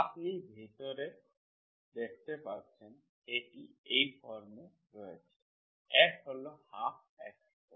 আপনি ভিতরটি দেখতে পারছেন এটি এই ফর্মে রয়েছে f হল 12 x2